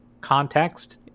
context